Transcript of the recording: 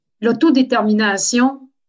l'autodétermination